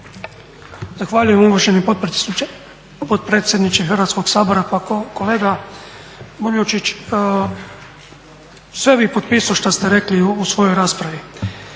Zahvaljujem uvaženi potpredsjedniče Hrvatskog sabora. Pa kolega Boljunčić, sve bih potpisao šta ste rekli u svojoj raspravi.